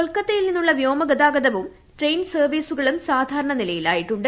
കൊൽക്കത്തയിൽ നിന്നുള്ള വ്യോമഗതാഗതവും ട്രെയിൻ സർവീസുകളും സാധാരണ നിലയിലായിട്ടുണ്ട്